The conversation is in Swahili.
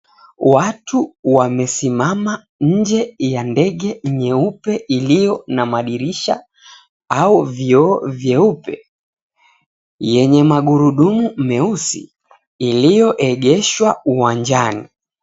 Watu wamesimama nje ya ndege nyeupe ilio na madirisha au vioo vyeupe yenye magurudumu meusi ilioegeshwa uwanjani.